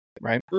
right